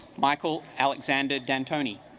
michael alexander d'antoni